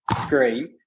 screen